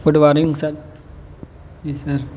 good morning sir ji sir